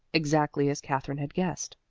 exactly as katherine had guessed.